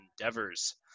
endeavors